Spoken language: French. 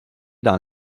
dans